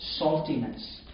saltiness